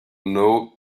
know